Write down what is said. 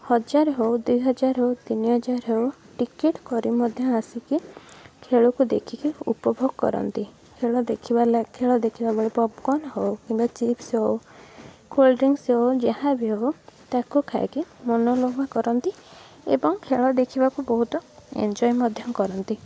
ହଜାର ହେଉ ଦୁଇ ହଜାର ହେଉ ତିନି ହଜାର ହେଉ ଟିକେଟ୍ କରି ମଧ୍ୟ ଆସିକି ଖେଳକୁ ଦେଖିକି ଉପଭୋଗ କରନ୍ତି ଖେଳ ଦେଖିବା ଲାଗି ଖେଳ ଦେଖିବା ବେଳେ ପପ୍କନ୍ ହେଉ କିମ୍ବା ଚିପ୍ସ ହେଉ କୋଲ୍ଡ ଡ୍ରିଂକ୍ସ ହେଉ ଯାହା ବି ହେଉ ତାକୁ ଖାଇକି ମନଲୋଭା କରନ୍ତି ଏବଂ ଖେଳ ଦେଖିବାକୁ ବହୁତ ଏନ୍ଯଏ ମଧ୍ୟ କରନ୍ତି